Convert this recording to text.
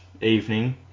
evening